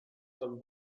sommes